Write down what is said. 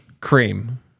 cream